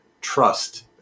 trust